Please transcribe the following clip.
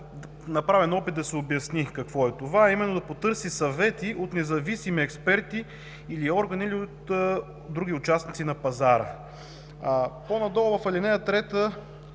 направен опит да се обясни какво е това, а именно – да потърси съвети от независими експерти или органи, или от други участници на пазара. По-надолу в ал. 3